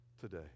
today